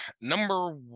number